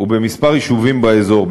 ובכמה יישובים באזור.